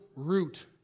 Root